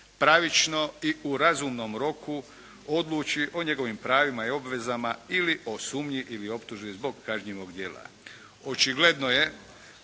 pravično i u razumnom roku odluči o njegovim pravima i obvezama ili o sumnji ili optužbi zbog kažnjivog djela.